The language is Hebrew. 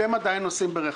אתם עדיין נוסעים ברכבים.